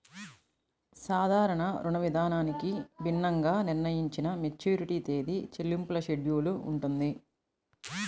సాధారణ రుణవిధానానికి భిన్నంగా నిర్ణయించిన మెచ్యూరిటీ తేదీ, చెల్లింపుల షెడ్యూల్ ఉంటుంది